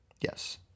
Yes